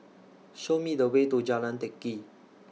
Show Me The Way to Jalan Teck Kee